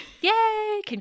Yay